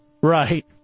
Right